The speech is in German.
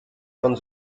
von